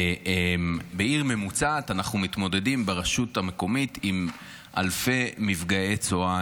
אנחנו מתמודדים ברשות המקומית עם אלפי מפגעי צואה.